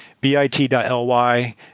bit.ly